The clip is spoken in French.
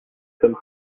sommes